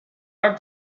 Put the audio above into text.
are